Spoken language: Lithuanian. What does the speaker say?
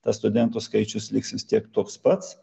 tas studentų skaičius liks vis tiek toks pats